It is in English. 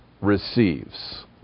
receives